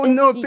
no